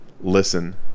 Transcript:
listen